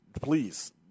please